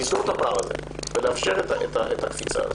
לסגור את הפער הזה ולאפשר את הקפיצה הזאת.